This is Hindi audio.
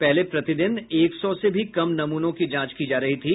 पहले प्रतिदिन एक सौ से भी कम नमूनों की जांच की जा रही थी